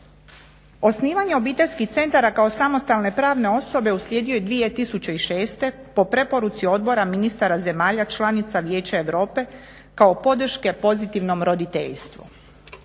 Osnivanje obiteljskih centara kao samostalne pravne osobe uslijedio je 2006. po preporuci Odbora ministara zemalja članica Vijeća Europe kao podrške pozitivnom roditeljstvu.